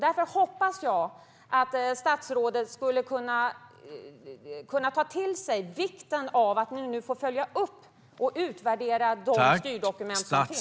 Därför hoppas jag att statsrådet kan ta till sig vikten av att vi nu får följa upp och utvärdera de styrdokument som finns.